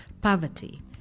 poverty